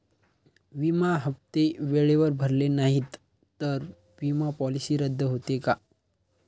विमा हप्ते वेळेवर भरले नाहीत, तर विमा पॉलिसी रद्द होते का?